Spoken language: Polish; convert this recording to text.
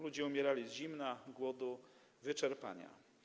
Ludzie umierali z zimna, głodu i wyczerpania.